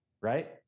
right